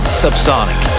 subsonic